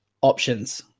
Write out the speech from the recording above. options